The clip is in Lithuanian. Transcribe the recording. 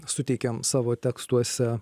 suteikiam savo tekstuose